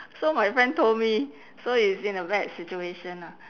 so my friend told me so it's in a bad situation ah